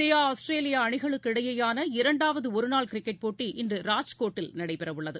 India Australia அணிகளுக்கிடையேயான இரண்டாவது ஒருநாள் கிரிக்கெட் போட்டி இன்று ராஜ்கோட்டில் நடைபெறவுள்ளது